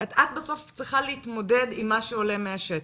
את בסוף צריכה להתמודד עם מה שעולה מהשטח.